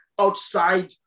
outside